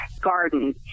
garden